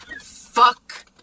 Fuck